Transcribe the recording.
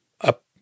up